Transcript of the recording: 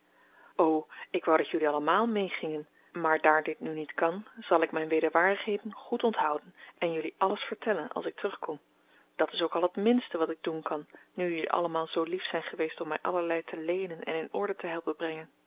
o ik wou dat jullie allemaal meegingen maar daar dat nu niet kan zal ik mijn wederwaardigheden goed onthouden en jullie alles vertellen als ik terugkom dat is ook al het minste wat ik doen kan nu jullie allemaal zoo lief zijn geweest om mij allerlei te leenen en in orde te helpen brengen